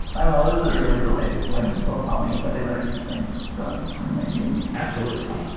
i'm always really delighted when people tell me that they learned something from from my zines absolutely.